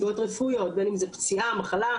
אולי נסיבות משמחות כמו לידה,